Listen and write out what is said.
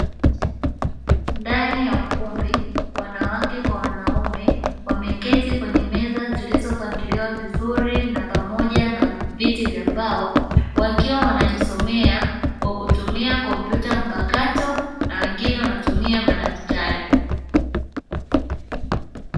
Ndani ya ukumbi, wanawake kwa wanaume wameketi kwenye meza zilizopangiliwa vizuri na pamoja na viti vya mbao wakiwa wanajisomea kwa kutumia kompyuta mpakato na wengine wanatumia madaftari.